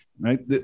right